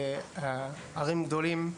בערים הגדולות,